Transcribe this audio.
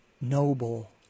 noble